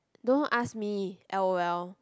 don't ask me L_O_L